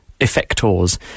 effectors